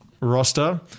Roster